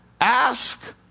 Ask